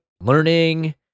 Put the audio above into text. learning